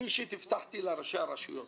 אני אישית הבטחתי לראשי הרשויות